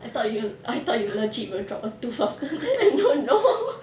I thought you I thought you legit will drop a tooth after that